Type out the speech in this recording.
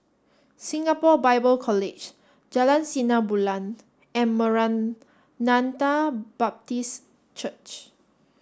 Singapore Bible College Jalan Sinar Bulan and Maranatha Baptist Church